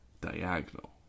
diagonal